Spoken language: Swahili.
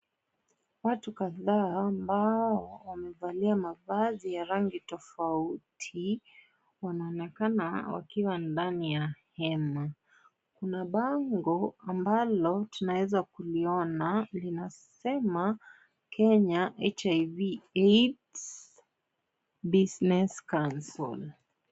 Watu kadhaa ambao wamevalia mavazi ya rangi tofauti, wanaonekana wakiwa ndani ya hema, kuna bango ambalo tunaweza kuliona lina sema Kenya HIV AIDS, business council .